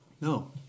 No